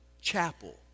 Chapel